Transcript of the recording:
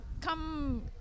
Come